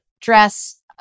dress